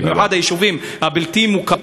במיוחד היישובים הבלתי-מוכרים,